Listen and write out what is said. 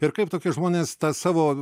ir kaip tokie žmonės tą savo